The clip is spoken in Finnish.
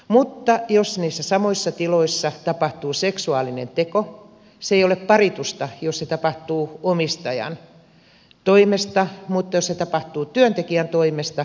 mutta jos niissä samoissa tiloissa tapahtuu seksuaalinen teko se ei ole paritusta jos se tapahtuu omistajan toimesta mutta jos se tapahtuu työntekijän toimesta se on paritusta